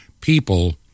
people